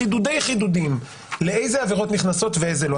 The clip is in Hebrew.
לחידודי-חידודין לאיזה עבירות נכנסות ואיזה לא.